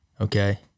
Okay